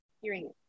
hearing